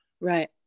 right